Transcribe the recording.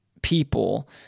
people